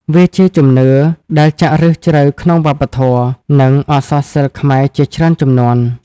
វាជាជំនឿដែលចាក់ឫសជ្រៅក្នុងវប្បធម៌ និងអក្សរសិល្ប៍ខ្មែរជាច្រើនជំនាន់។